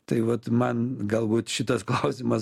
tai vat man galbūt šitas klausimas